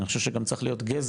אני חושב שצריך להיות גזר,